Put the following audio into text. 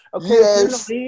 Yes